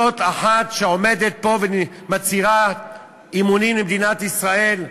זאת אחת שעומדת פה ומצהירה אמונים למדינת ישראל?